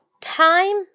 time